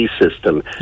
system